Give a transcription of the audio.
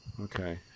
Okay